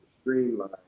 streamline